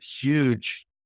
huge